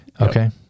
Okay